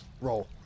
Roll